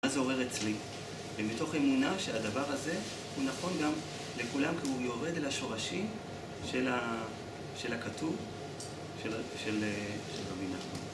מה זה אומר אצלי? ומתוך אמונה שהדבר הזה הוא נכון גם לכולם כי הוא יורד אל השורשים של הכתוב, של המילה.